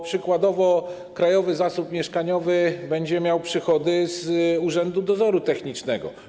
Przykładowo Krajowy Zasób Nieruchomości będzie miał przychody z Urzędu Dozoru Technicznego.